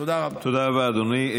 תודה רבה, אדוני.